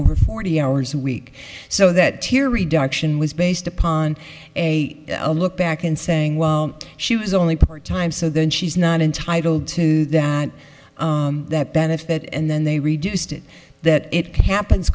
over forty hours a week so that tear reduction was based upon a look back and saying well she was only part time so then she's not entitled to that that benefit and then they reduced it that it cap